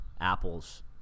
apples